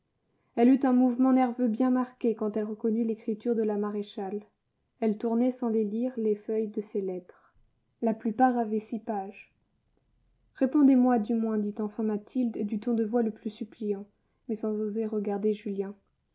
elle eut un mouvement nerveux bien marqué quand elle reconnut l'écriture de la maréchale elle tournait sans les lire les feuilles de ces lettres la plupart avaient six pages répondez-moi du moins dit enfin mathilde du ton de voix le plus suppliant mais sans oser regarder julien